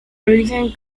origen